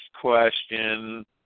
question